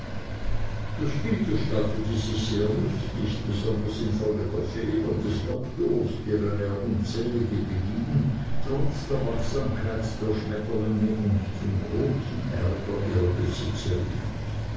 das spiel gestaltete sich sehr lustig besonders infolge der fehler des doktors deren er unzählige beging trotz der wachsamkeit der schmetterlinge und zum großen ärger ihrer besitzerin